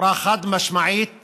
בצורה חד-משמעית